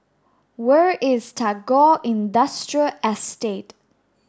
where is Tagore Industrial Estate